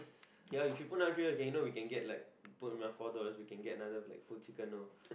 yeah if you put another three dollars we can get like put another four dollars we can get another full chicken orh